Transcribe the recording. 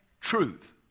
truth